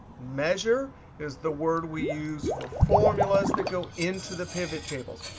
measure is the word we use for formulas that go into the pivot tables.